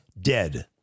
dead